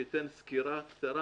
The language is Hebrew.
שייתן סקירה קצרה,